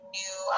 new